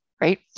right